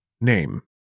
Name